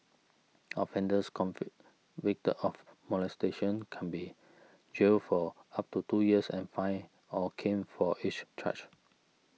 offenders convicted of molestation can be jailed for up to two years and fined or caned for each charge